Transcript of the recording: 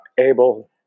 able